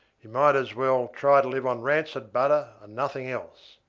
you might as well try to live on rancid butter and nothing else.